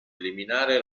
eliminare